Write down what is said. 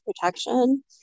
protection